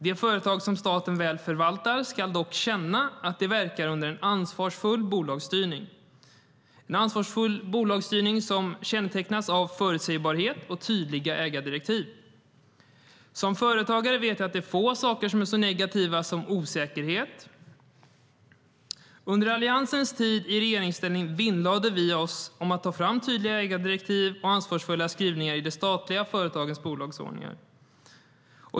De företag som staten väl förvaltar ska dock känna att de verkar under en ansvarsfull bolagsstyrning, som kännetecknas av förutsägbarhet och tydliga ägardirektiv. Som företagare vet jag att det är få saker som är så negativa som osäkerhet. Under Alliansens tid i regeringsställning vinnlade vi oss om att ta fram tydliga ägardirektiv och ansvarsfulla skrivningar i de statliga företagens bolagsordningar.